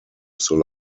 soll